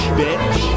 bitch